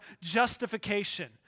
justification